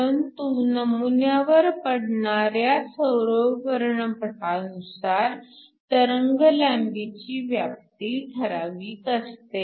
परंतु नमुन्यावर पडणाऱ्या सौर वर्णपटानुसार तरंगलांबीची व्याप्ती ठराविक असते